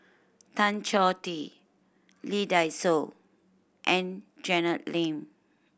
Tan Choh Tee Lee Dai Soh and Janet Lim